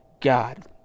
God